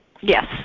Yes